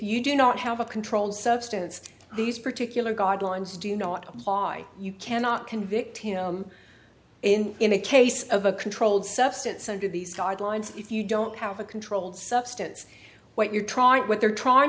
you do not have a controlled substance these particular god lines do not apply you cannot convict him and in the case of a controlled substance under these guidelines if you don't have a controlled substance what you're trying what they're trying